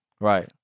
Right